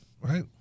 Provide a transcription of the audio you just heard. right